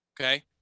Okay